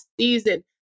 season